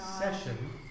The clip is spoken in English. session